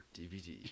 DVD